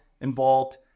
involved